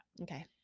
Okay